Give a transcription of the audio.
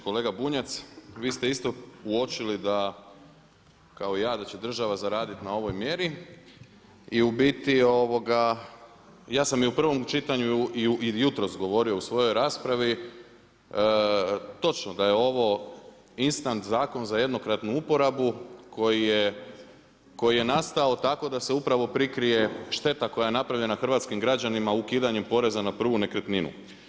Kolega Bunjac, vi ste isto uočili kao ja da će država zaraditi na ovoj mjeri i u biti ja sam i u prvom čitanju i jutros govorio u svojoj raspravi, točno da je ovo instant zakon za jednokratnu uporabu koji je nastao tako da se prikrije šteta koja je napravljena hrvatskim građanima, ukidanjem poreza na prvu nekretninu.